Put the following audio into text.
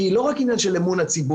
כי היא לא רק עניין של אמון הציבור,